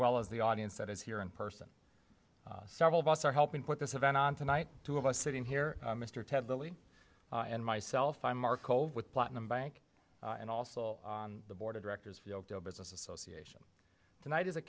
well as the audience that is here in person several of us are helping put this event on tonight two of us sitting here mr ted billy and myself i'm mark old with platinum bank and also on the board of directors fiocco business association tonight is a